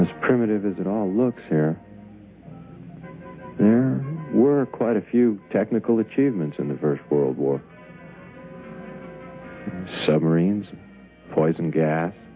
as primitive as it all looks or there were quite a few technical achievements in the first world war submarines poison gas